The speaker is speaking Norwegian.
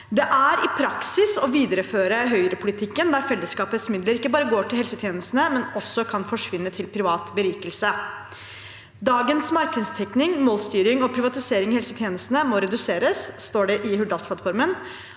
Det er i praksis å videreføre høyrepolitikken, der fellesskapets midler ikke bare går til helsetjenestene, men også kan forsvinne til privat berikelse. «Dagens markedstenkning, målstyring og privatisering i helsetjenesten må reduseres», står det i Hurdalsplattformen.